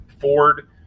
Ford